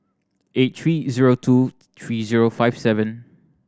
eight three zero two three zero five seven